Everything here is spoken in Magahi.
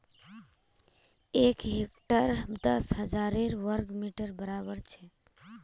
एक हेक्टर दस हजार वर्ग मिटरेर बड़ाबर छे